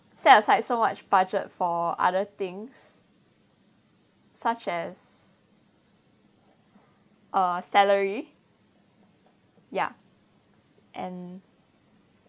set aside so much budget for other things such as uh salary ya and